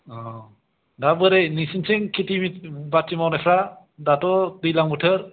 अ दा बोरै नोंसोरनिथिं खेथि बाथि मावनायफ्रा दाथ' दैज्लां बोथोर